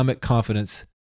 confidence